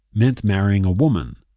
meant marrying a woman.